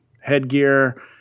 headgear